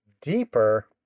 deeper